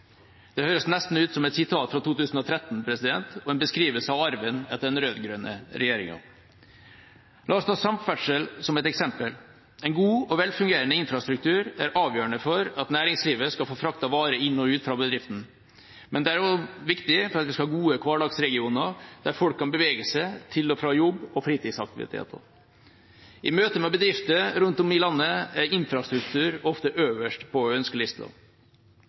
Det høres nesten ut som et sitat fra 2013 og en beskrivelse av arven etter den rød-grønne regjeringa. La oss ta samferdsel som et eksempel. En god og velfungerende infrastruktur er avgjørende for at næringslivet skal få fraktet varer inn og ut fra bedriften, men det er også viktig for at vi skal ha gode hverdagsregioner der folk kan bevege seg til og fra jobb og fritidsaktiviteter. I møte med bedrifter rundt om i landet er infrastruktur ofte øverst på